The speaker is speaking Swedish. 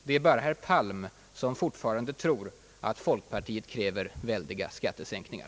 Det är bara herr Palm som låtsas tro att folkpartiet kräver väldiga skattesänkningar.